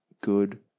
good